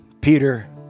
Peter